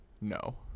no